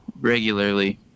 regularly